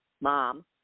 mom